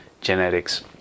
genetics